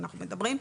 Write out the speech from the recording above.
אנחנו מדברים,